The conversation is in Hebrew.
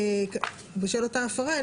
בשבל אותה הפרה,